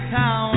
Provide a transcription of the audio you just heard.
town